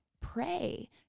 pray